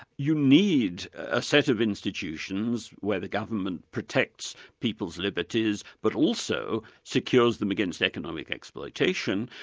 you need a set of institutions where the government protects people's liberties, but also secures them against economic exploitation,